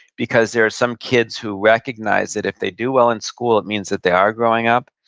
because there are some kids who recognize that if they do well in school, it means that they are growing up,